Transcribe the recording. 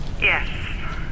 Yes